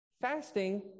Fasting